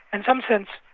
and some sense,